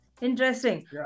interesting